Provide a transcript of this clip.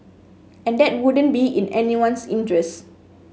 and that wouldn't be in anyone's interest